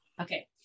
Okay